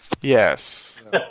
Yes